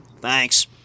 Thanks